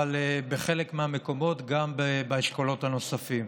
ובחלק מהמקומות גם באשכולות הנוספים.